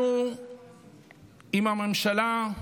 אנחנו עם הממשלה,